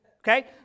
okay